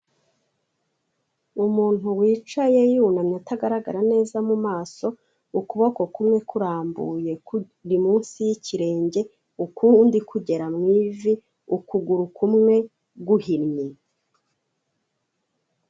Umuntu wicaye yunamye atagaragara neza mu maso, ukuboko kumwe kurambuye munsi y'ikirenge, ukundi kugera mu ivi ukuguru kumwe guhinye.